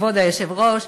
כבוד היושב-ראש,